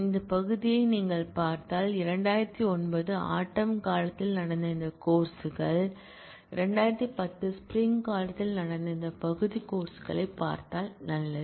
இந்த பகுதியை நீங்கள் பார்த்தால் 2009 ஆட்டம் காலத்தில்நடந்த இந்த கோர்ஸ் கள் 2010 ஸ்ப்ரிங் காலத்தில் நடந்த இந்த பகுதி கோர்ஸ் களைப் பார்த்தால் நல்லது